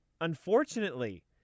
unfortunately